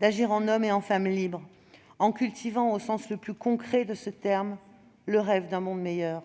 d'agir en hommes et en femmes libres, en cultivant, au sens le plus concret de ce terme, le rêve d'un monde meilleur.